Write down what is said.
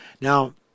Now